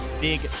big